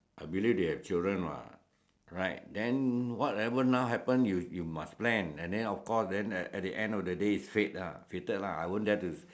I believe they have children [what] right then whatever now happen you you must plan and then of course then at the end of the day it's fate ah fated lah I won't dare to